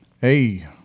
Hey